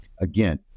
Again